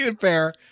Fair